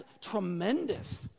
tremendous